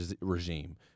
regime